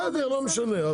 בסדר, לא משנה.